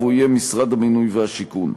והוא יהיה: משרד הבינוי והשיכון.